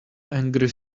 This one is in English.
angry